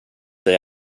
dig